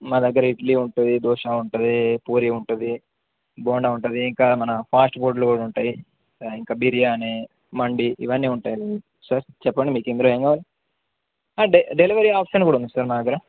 మా దగ్గర ఇడ్లీ ఉంటది దోశ ఉంటది పూరి ఉంటది బోడా ఉంటది ఇంకా మన ఫాస్ట్ ఫుడ్లు కూడా ఉంటాయి ఇంకా బిర్యానీ మండి ఇవన్నీ ఉంటాయడి సార్ చెప్పండి మీకు ఇందులో ఏమో డెలివరీ ఆప్షన్ కూడా ఉంది సార్ మా దగ్గర